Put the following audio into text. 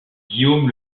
guillaume